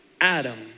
Adam